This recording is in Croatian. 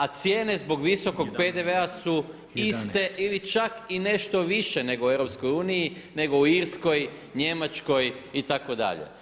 A cijene zbog visokog PDV-a su iste ili čak i nešto više nego u EU, nego u Irskoj, Njemačkoj itd.